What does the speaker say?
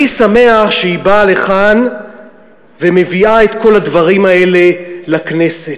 אני שמח שהיא באה לכאן ומביאה את כל הדברים האלה לכנסת,